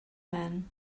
man